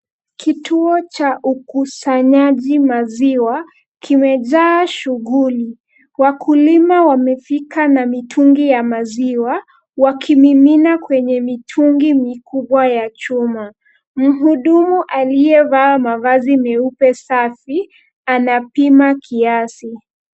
Kituo cha ukusanyaji maziwa kimejaa shughuli. Wakulima wamefika na mitungi ya maziwa , wakimimina kwenye mitungi mikubwa ya chuma. Mhudumu aliyevaa mavazi meupe safi, anapima kiasi.